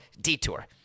detour